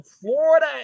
Florida